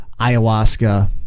ayahuasca